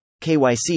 KYC